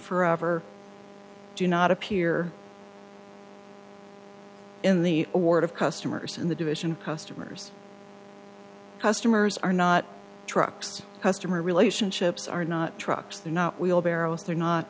forever do not appear in the award of customers in the division customer's customers are not trucks customer relationships are not trucks they're not wheelbarrows they're not